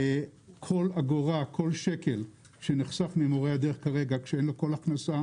כל שקל שנחסך ממורה הדרך כרגע כשאין לו כל הכנסה,